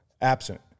absent